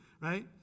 right